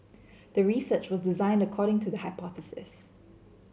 the research was designed according to the hypothesis